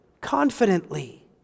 confidently